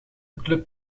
club